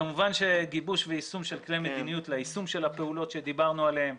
כמובן שגיבוש ויישום של כלי מדיניות ליישום של הפעולות שדיברנו עליהן,